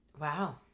wow